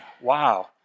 Wow